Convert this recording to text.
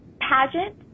pageant